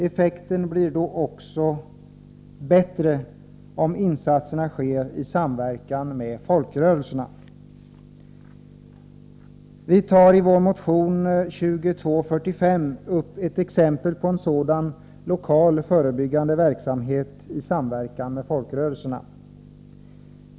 Effekten blir också bättre om insatserna sker i samverkan med folkrörelserna. Vi tar i vår motion 2245 upp ett exempel på en sådan lokal förebyggande verksamhet i samverkan med folkrörelserna.